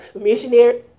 Missionary